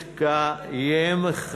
אכן מתקיים,